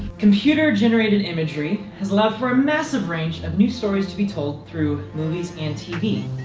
computer-generated imagery has left for a massive range of new stories to be told through movies and tv